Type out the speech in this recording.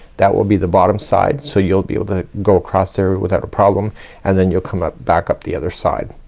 that will be the bottom side so you'll be able to go across there without a problem and then you'll come up back up the other side.